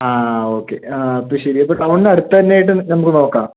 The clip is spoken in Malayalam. ആ ആ ഓക്കെ അപ്പം ശരി അപ്പ ടൗണിനടുത്തു തന്നെയായിട്ട് നമുക്ക് നോക്കാം